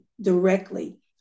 directly